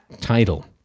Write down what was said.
title